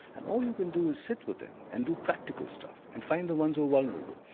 and all you can do is sit with them and do practical stuff and find the ones who are vulnerable.